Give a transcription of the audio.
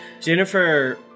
Jennifer